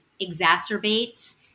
exacerbates